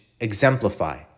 exemplify